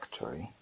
factory